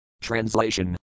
Translation